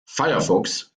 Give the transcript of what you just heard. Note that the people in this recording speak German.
firefox